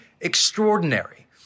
extraordinary